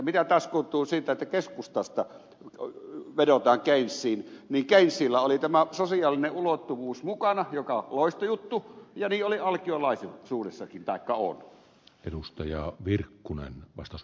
mitä taas tulee siihen että keskustasta vedotaan keynesiin niin keynesillä oli tämä sosiaalinen ulottuvuus mukana joka on loistojuttu ja niin oli alkiolaisuudessakin taikka on